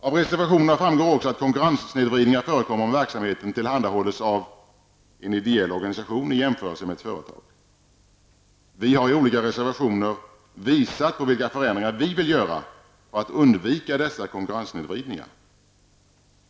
Av reservationerna framgår också att konkurrenssnedvridningar förekommer om verksamheten tillhandahålles av en ideell organisation i jämförelse med ett företag. Vi har i olika reservationer visat på vilka förändringar vi vill göra för att undvika dessa konkurrenssnedvridningar.